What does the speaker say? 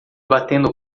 batendo